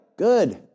Good